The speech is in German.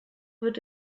wird